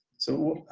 so,